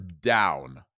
down